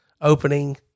opening